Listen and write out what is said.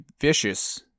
Vicious